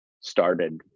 started